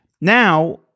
now